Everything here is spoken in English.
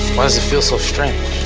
why does it feel so strange?